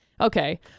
Okay